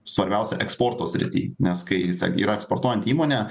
svarbiausia eksporto srity nes kai yra eksportuojanti įmonė